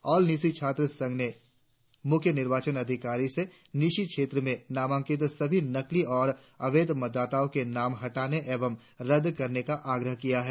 all Nyishi छात्र संघ ने मुख्य निर्वाचन अधिकारी से न्यीशी क्षेत्रों में नामांकित सभी नकली और अवैध मतदाताओं के नाम हटाने एवं रद्द करने का आग्रह किया है